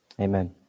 Amen